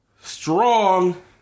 Strong